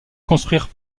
construire